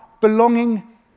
belonging